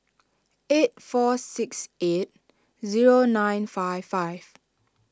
eight four six eight zero nine five five